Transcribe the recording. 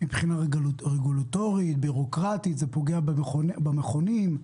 מבחינה רגולטורית, בירוקרטית, זה פוגע במכונים?